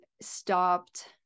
stopped